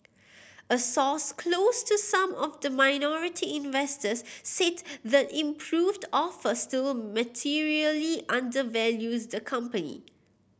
a source close to some of the minority investors said the improved offer still materially undervalues the company